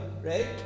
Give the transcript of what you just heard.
right